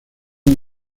así